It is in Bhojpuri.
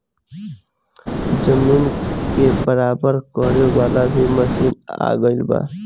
जमीन के बराबर करे वाला भी मशीन आ गएल बा